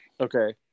Okay